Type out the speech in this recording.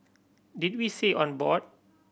did we say on board